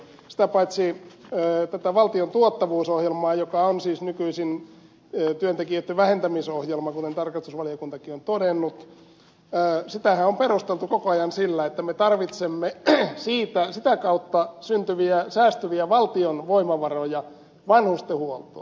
sitä paitsi tätä valtion tuottavuusohjelmaa joka on siis nykyisin työntekijöitten vähentämisohjelma kuten tarkastusvaliokuntakin on todennut on perusteltu koko ajan sillä että me tarvitsemme sitä kautta syntyviä ja säästyviä valtion voimavaroja vanhustenhuoltoon